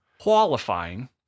qualifying